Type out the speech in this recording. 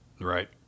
Right